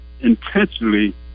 intentionally